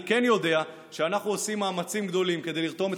אני כן יודע שאנחנו עושים מאמצים גדולים לרתום את